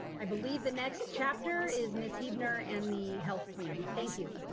i believe the next chapter is miss huebner and the health plan, thank you.